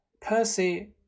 Percy